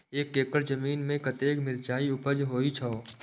एक एकड़ जमीन में कतेक मिरचाय उपज होई छै?